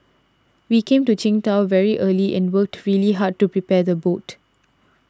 we came to Qingdao very early and worked really hard to prepare the boat